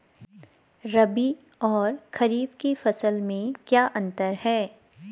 रबी और खरीफ की फसल में क्या अंतर है?